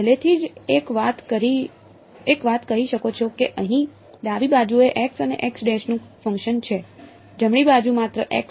તમે પહેલેથી જ એક વાત કહી શકો છો કે અહીં ડાબી બાજુએ x અને x'નું ફંક્શન છે જમણી બાજુ માત્ર x નું ફંક્શન લાગે છે